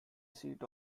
seat